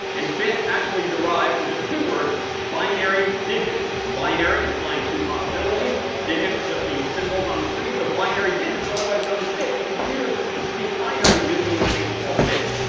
and bits actually derive from just two words, binary digits. binary, implying two possibilities, digits, just being symbols on the screen. so binary digits, or otherwise known as bits. and computers speak binary using these things called bits.